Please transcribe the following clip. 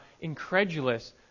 incredulous